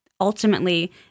ultimately